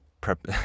prep